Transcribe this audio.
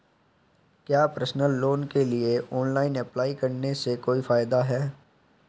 क्या personal loan के लिए ऑनलाइन अप्लाई करने से कोई फायदा है?